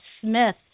Smith